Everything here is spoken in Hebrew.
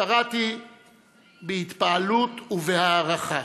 קראתי בהתפעלות ובהערכה